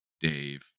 dave